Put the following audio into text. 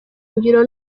ngiro